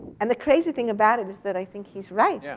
and the crazy thing about it is that i think he's right. yeah